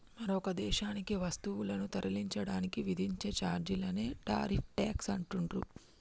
మరొక దేశానికి వస్తువులను తరలించడానికి విధించే ఛార్జీలనే టారిఫ్ ట్యేక్స్ అంటుండ్రు